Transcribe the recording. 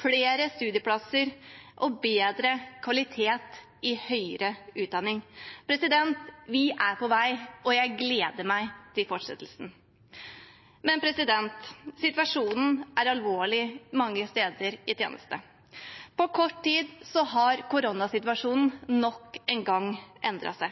flere studieplasser og bedre kvalitet i høyere utdanning. Vi er på vei, og jeg gleder meg til fortsettelsen. Men situasjonen er alvorlig mange steder i tjeneste. På kort tid har koronasituasjonen nok en gang endret seg,